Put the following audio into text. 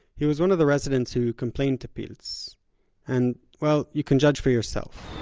he was one of the residents who complained to pilz. and well, you can judge for yourself